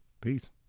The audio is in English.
peace